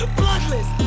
bloodless